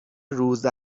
روز